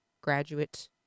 graduate